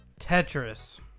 Tetris